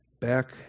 Back